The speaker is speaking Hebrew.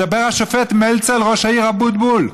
מדבר השופט מלצר לראש העיר אבוטבול,